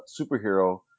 superhero